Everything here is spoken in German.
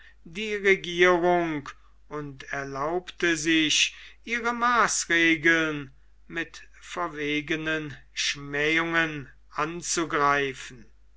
die regierung und erlaubte sich ihre maßregeln mit verwegenen schmähungen anzugreifen